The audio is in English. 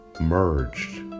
merged